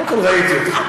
קודם כול, ראיתי אותך.